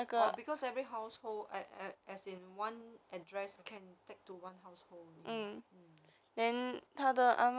orh because every household a~ as in one address can tag to one household only mm